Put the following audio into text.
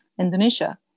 Indonesia